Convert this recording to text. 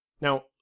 Now